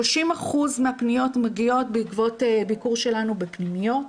30% מהפניות מגיעות בעקבות ביקור שלנו בפנימיות,